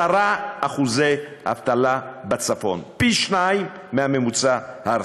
10% אבטלה בצפון, פי-שניים מהממוצע הארצי.